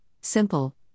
simple